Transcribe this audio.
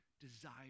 desire